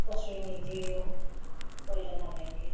কস্তুৰি মিথি দিওঁ প্ৰয়োজন সাপেক্ষে